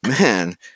man